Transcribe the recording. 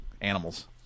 animals